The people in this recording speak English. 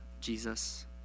Jesus